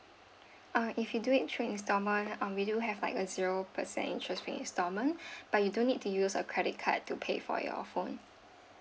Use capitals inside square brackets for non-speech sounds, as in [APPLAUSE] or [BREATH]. uh if you do it through installment uh we do have like a zero percent interest rate installment [BREATH] but you do need to use a credit card to pay for your phone